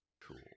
Cool